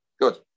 Good